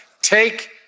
Take